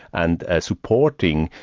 and ah supporting,